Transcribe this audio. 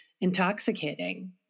intoxicating